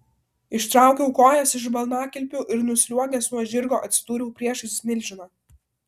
ištraukiau kojas iš balnakilpių ir nusliuogęs nuo žirgo atsidūriau priešais milžiną